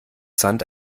sand